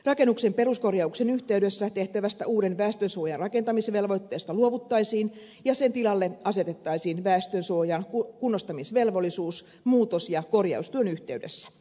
rakennuksen peruskorjauksen yhteydessä tehtävästä uuden väestönsuojan rakentamisvelvoitteesta luovuttaisiin ja sen tilalle asetettaisiin väestönsuojan kunnostamisvelvollisuus muutos ja korjaustyön yhteydessä